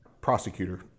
prosecutor